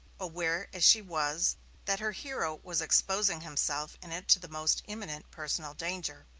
aware as she was that her hero was exposing himself in it to the most imminent personal danger.